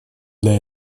для